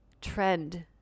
trend